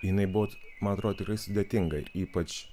jinai buvo man atrodo tikrai sudėtinga ypač